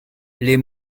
les